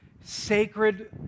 Sacred